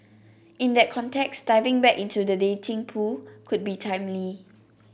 in that context diving back into the dating pool could be timely